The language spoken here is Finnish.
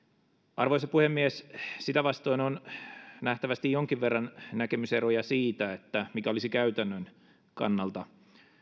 arvoisa puhemies sitä vastoin on nähtävästi jonkin verran näkemyseroja siitä mikä olisi käytännön kannalta